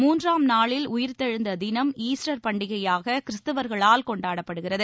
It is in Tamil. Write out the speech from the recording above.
மூன்றாம் நாளில் உயிர்த்தெழுந்த தினம் ஈஸ்டர் பண்டிகையாக கிறிஸ்தவர்களால் கொண்டாடப்படுகிறது